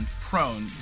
prone